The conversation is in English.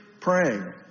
praying